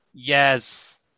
Yes